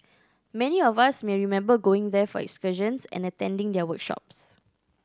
many of us may remember going there for excursions and attending their workshops